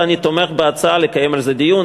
ואני תומך בהצעה לקיים על זה דיון,